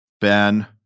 Ben